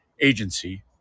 agency